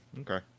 okay